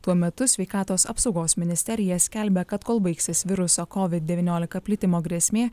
tuo metu sveikatos apsaugos ministerija skelbia kad kol baigsis viruso covid devyniolika plitimo grėsmė